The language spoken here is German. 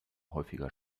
häufiger